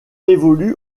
évolue